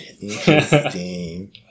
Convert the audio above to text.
Interesting